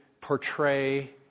portray